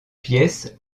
pièce